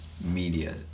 media